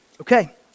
Okay